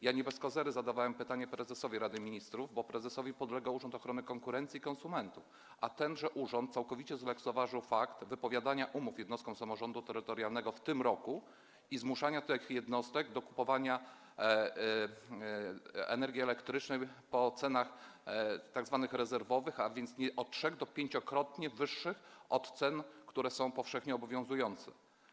Ja nie bez kozery zadawałem pytanie prezesowi Rady Ministrów, bo prezesowi podlega Urząd Ochrony Konkurencji i Konsumentów, a tenże urząd całkowicie zlekceważył fakt wypowiadania umów jednostkom samorządu terytorialnego w tym roku i zmuszania tych jednostek do kupowania energii elektrycznej po cenach tzw. rezerwowych, a więc 3–5-krotnie wyższych od cen, które są powszechnie obowiązujące.